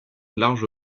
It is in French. large